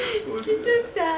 bodoh lah